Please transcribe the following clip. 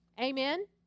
Amen